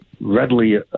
readily